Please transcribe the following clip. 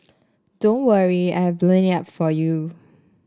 don't worry I have blown it up for you